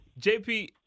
JP